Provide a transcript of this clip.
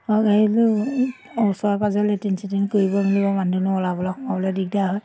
আৰু হেৰিটো ওচৰে পাঁজৰে লেটিন চেটিন কৰিব মেলিব মানুহ দুনুহ ওলাবলৈ সোমাবলৈ দিগদাৰ হয়